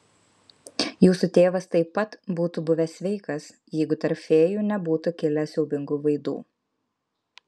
jūsų tėvas taip pat būtų buvęs sveikas jeigu tarp fėjų nebūtų kilę siaubingų vaidų